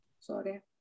Sorry